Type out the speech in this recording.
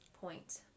point